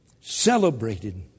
celebrated